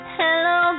hello